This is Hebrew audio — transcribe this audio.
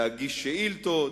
להגיש שאילתות.